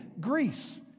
Greece